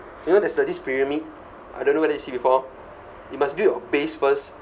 you know there's the this pyramind I don't know whether you see before you must build your base first